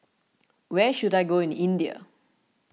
where should I go in India